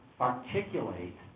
articulate